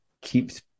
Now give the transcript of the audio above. keeps